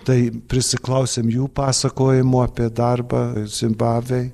tai prisiklausėm jų pasakojimų apie darbą zimbabvėj